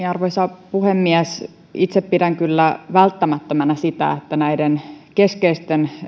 arvoisa puhemies itse pidän kyllä välttämättömänä sitä että näiden keskeisten